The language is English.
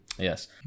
Yes